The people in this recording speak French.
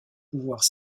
pouvoirs